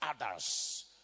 others